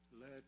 let